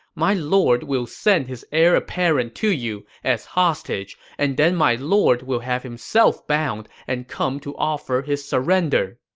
my lord will send his heir apparent to you as hostage, and then my lord will have himself bound and come to offer his surrender.